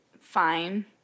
Fine